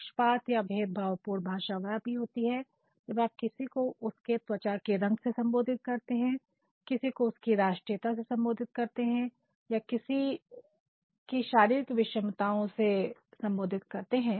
पक्षपात या भेदभाव पूर्ण भाषा वह भी होती है जब आप किसी को उसके त्वचा के रंग से संबोधित करते हैं किसी को उनके राष्ट्रीयता से संबोधित करते हैं या किसी शारीरिक विषमताओं संबोधित करते हैं